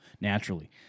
naturally